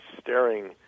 staring